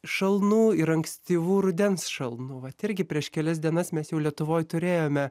šalnų ir ankstyvų rudens šalnų vat irgi prieš kelias dienas mes jau lietuvoj turėjome